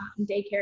daycare